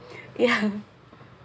ya